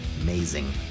amazing